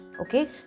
Okay